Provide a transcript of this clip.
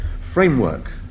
framework